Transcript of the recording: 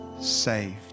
saved